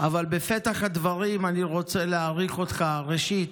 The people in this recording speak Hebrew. אבל בפתח הדברים אני רוצה להעריך אותך, ראשית,